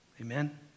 Amen